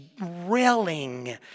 railing